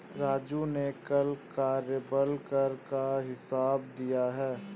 राजू ने कल कार्यबल कर का हिसाब दिया है